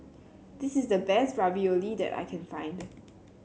this is the best Ravioli that I can find